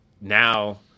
now